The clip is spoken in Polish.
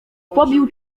pobił